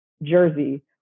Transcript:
Jersey